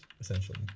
essentially